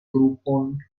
grupon